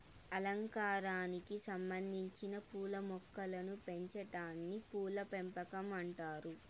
అలంకారానికి సంబందించిన పూల మొక్కలను పెంచాటాన్ని పూల పెంపకం అంటారు